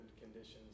conditions